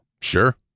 Sure